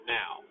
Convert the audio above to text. now